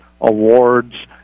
awards